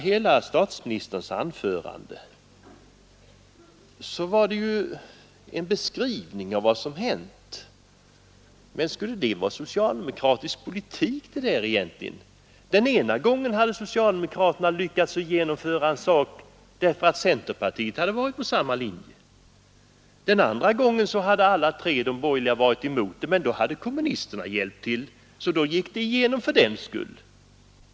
Hela statsministerns anförande var en beskrivning av vad som hänt Men skulle det där egentligen vara socialdemokratisk politik? Den ena gången hade regeringen lyckats genomföra en sak därför att centerpartiet hade varit på samma linje. Den andra gången hade alla de tre borgerliga partierna gått emot, men då hade kommunisterna hjälpt till, så regeringens förslag gick igenom fördenskull.